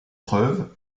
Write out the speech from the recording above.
preuves